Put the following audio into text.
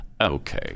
Okay